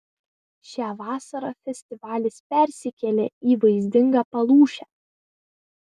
šią vasarą festivalis persikėlė į vaizdingą palūšę